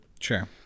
Sure